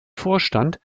vorstand